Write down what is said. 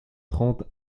trente